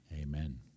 amen